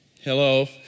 Hello